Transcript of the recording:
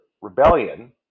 rebellion